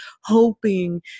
hoping